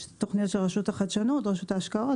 יש תוכניות של רשות החדשנות, רשות ההשקעות.